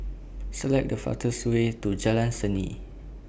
Select The fastest Way to Jalan Seni